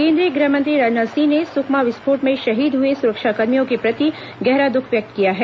केंद्रीय गृहमंत्री राजनाथ सिंह ने सुकमा विस्फोट में शहीद हुए सुरक्षाकर्मियों के प्रति गहरा दुख व्यक्त किया है